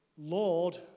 Lord